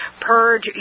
purge